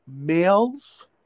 Males